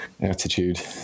attitude